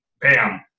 bam